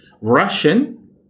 Russian